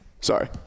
Sorry